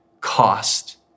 cost